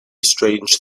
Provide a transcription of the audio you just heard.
strange